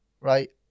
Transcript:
Right